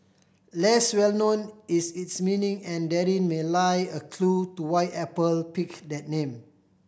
less well known is its meaning and therein may lie a clue to why Apple picked that name